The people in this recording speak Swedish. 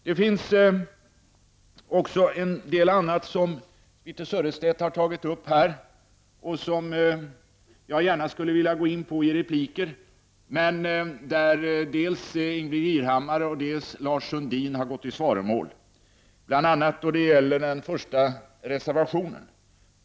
Det finns också en del annat som Birthe Sörestedt har tagit upp och som jag gärna skulle vilja gå in på i repliker. Men här har dels Ingbritt Irhammar, dels Lars Sundin redan gått i svaromål. Bl.a. gäller det den första reservationen.